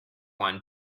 one